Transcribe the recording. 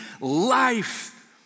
life